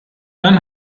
dann